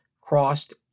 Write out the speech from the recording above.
crossed